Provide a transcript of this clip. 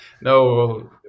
No